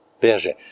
Berger